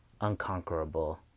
Unconquerable